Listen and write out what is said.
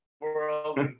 world